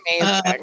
amazing